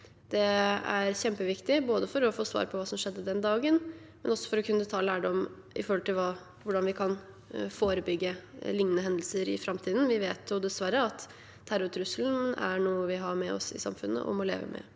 Det er kjempeviktig for å få svar på hva som skjedde den dagen, men også for å kunne ta lærdom med tanke på hvordan vi kan forebygge lignende hendelser i framtiden. Vi vet dessverre at terrortrusselen er noe vi har med oss i samfunnet, og som vi må leve med